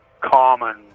common